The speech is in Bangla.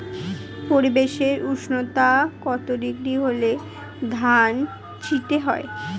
পরিবেশের উষ্ণতা কত ডিগ্রি হলে ধান চিটে হয়?